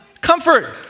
comfort